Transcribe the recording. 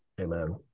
Amen